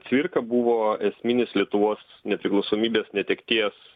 cvirka buvo esminis lietuvos nepriklausomybės netekties